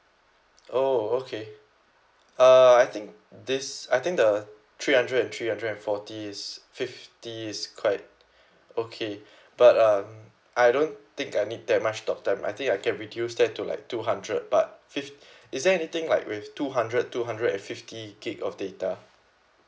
oh okay uh I think this I think the three hundred and three hundred forty is fifty is quite okay but um I don't think I need that much talk time I think I can reduce that to like two hundred but fif~ is there anything like with two hundred two hundred and fifty gig of data